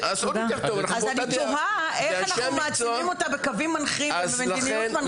אני תוהה איך אנחנו מעצימים אותה בקווים מנחים ובמדיניות מנחה,